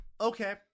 okay